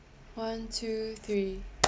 one two three